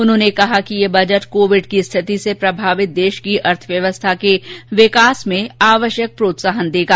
उन्होंने कहा कि यह बजट कोविड की स्थिति से प्रभावित देश की अर्थव्यवस्था के विकास में आवश्यक प्रोत्साहन देगा